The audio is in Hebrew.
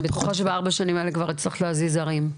אני בטוחה שבארבע השנים האלה כבר הצלחת להזיז הרים.